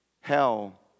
hell